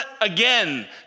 again